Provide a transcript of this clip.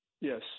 Yes